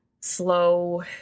slow